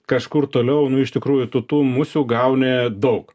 kažkur toliau nu iš tikrųjų tų musių gauni daug